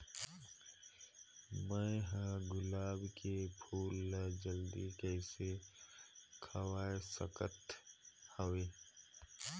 मैं ह गुलाब के फूल ला जल्दी कइसे खवाय सकथ हवे?